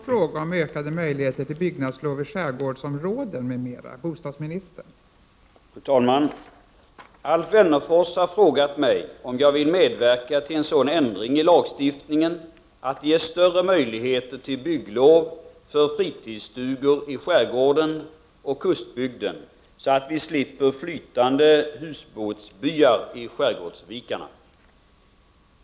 Fru talman! Alf Wennerfors har frågat mig om jag vill medverka till en sådan ändring i lagstiftningen att det ges större möjligheter till bygglov för fritidsstugor i skärgården och kustbygden så att vi slipper flytande ”husbåtsbyar” i skärgårdsvikarna.